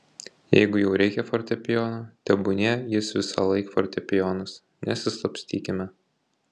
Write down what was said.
jeigu jau reikia fortepijono tebūnie jis visąlaik fortepijonas nesislapstykime